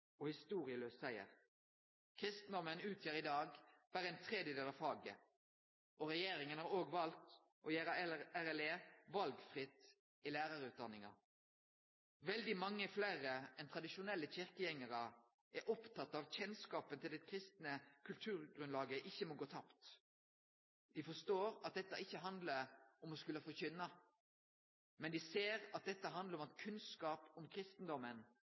og historielaus siger. Kristendomen utgjer i dag berre ein tredjedel av faget, og regjeringa har òg valt å gjere RLE valfritt i lærarutdanninga. Veldig mange fleire enn tradisjonelle kyrkjegjengarar er opptekne av at kjennskapen til det kristne kulturgrunnlaget ikkje må gå tapt. Dei forstår at dette ikkje handlar om å skulle forkynne, men dei ser at dette handlar om at kunnskap om kristendomen